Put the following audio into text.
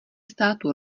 státu